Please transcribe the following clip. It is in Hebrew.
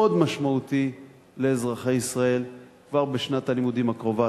משמעותי לאזרחי ישראל כבר בשנת הלימודים הקרובה,